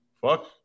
fuck